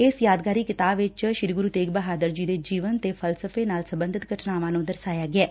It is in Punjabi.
ਇਸ ਯਾਦਗਾਰੀ ਕਿਤਾਬ ਵਿਚ ਸ੍ਰੀ ਗੁਰੁ ਤੇਗ਼ ਬਹਾਦਰ ਜੀ ਦੇ ਜੀਵਨ ਤੇ ਫਲਸਫੇ ਨਾਲ ਸਬੰਧਤ ਘਟਨਾਵਾਂ ਨੂੰ ਦਰਸਾਇਆ ਗਿਐ